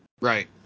right